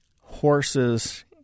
horses